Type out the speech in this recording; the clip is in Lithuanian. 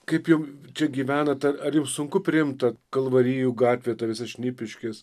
kaip jau čia gyvenat ar ar jums sunku priimt tą kalvarijų gatvę visas šnipiškes